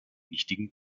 wichtigen